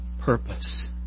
purpose